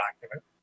document